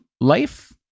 life